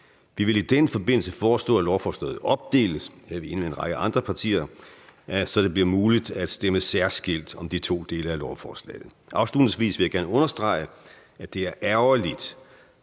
er vi enige med en række andre partier – så det bliver muligt at stemme særskilt om de to dele af lovforslaget. Afslutningsvis vil jeg gerne understrege, at det er ærgerligt